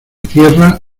tierra